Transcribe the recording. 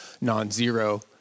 Non-Zero